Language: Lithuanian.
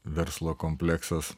verslo kompleksas